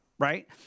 Right